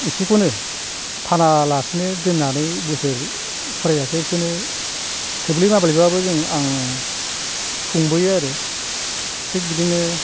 एसेखौनो फानालासिनो दोननानै बोसोर फुरायजासे बेखौनो थोब्ले माब्लेब्लाबो जों आङो खुंबोयो आरो थिख बिदिनो